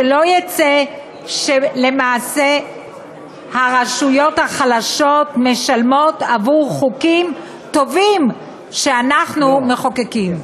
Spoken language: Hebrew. שלא יצא שלמעשה הרשויות החלשות משלמות עבור חוקים טובים שאנחנו מחוקקים.